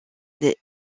des